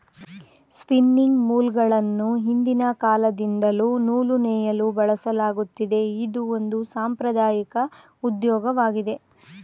spinning ಮೂಲ್ಗಳನ್ನು ಹಿಂದಿನ ಕಾಲದಿಂದಲ್ಲೂ ನೂಲು ನೇಯಲು ಬಳಸಲಾಗತ್ತಿದೆ, ಇದು ಒಂದು ಸಾಂಪ್ರದಾಐಕ ಉದ್ಯೋಗವಾಗಿದೆ